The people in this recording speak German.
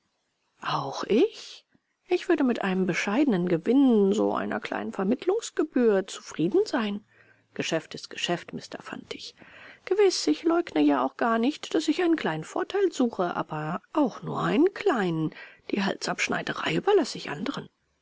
auch ich ich würde mit einem bescheidenen gewinn so einer kleinen vermittlungsgebühr zufrieden sein geschäft ist geschäft mister fantig gewiß ich leugne ja auch gar nicht daß ich einen kleinen vorteil suche aber auch nur einen kleinen die halsabschneiderei überlasse ich anderen